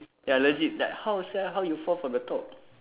ya legit like how sia how you fall from the top